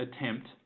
attempt